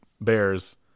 Bears